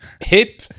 hip